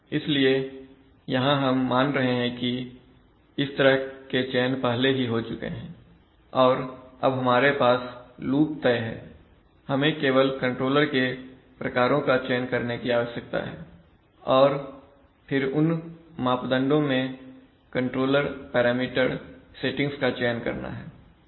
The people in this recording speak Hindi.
इसलिए यहां हम मान रहे हैं कि इस तरह के चयन पहले ही हो चुके हैं और अब हमारे पास लूप तय है हमें केवल कंट्रोलर के प्रकारों का चयन करने की आवश्यकता है और फिर उन मापदंडों में कंट्रोलर पैरामीटर सेटिंग्स का चयन करना है